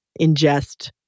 ingest